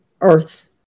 earth